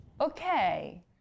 okay